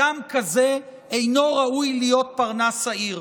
אדם כזה אינו ראוי להיות פרנס העיר.